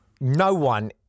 no-one